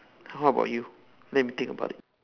how about you let me think about it